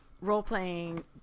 role-playing